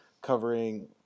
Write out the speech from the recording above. covering